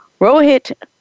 Rohit